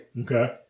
Okay